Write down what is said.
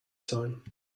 time